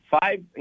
five